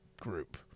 group